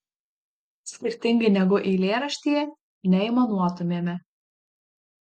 skirtingai negu eilėraštyje neaimanuotumėme